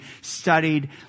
studied